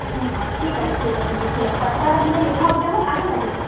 অঁ অঁ ঠিক আছে ঠিক আছে লিখি লওক ফাৰ্ষ্টত আপুনি লিখক যে মোক আলু লাগিব